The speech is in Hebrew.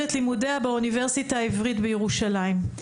את לימודיה באוניברסיטה העברית בירושלים,